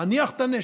להניח את הנשק.